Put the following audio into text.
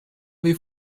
wie